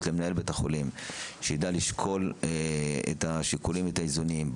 למנהל בית החולים שיידע לשקול את השיקולים והאיזונים,